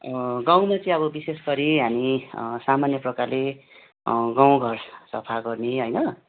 गाउँमा चाहिँ अब विशेष गरी हामी सामान्य प्रकारले गाउँ घर सफा गर्ने होइन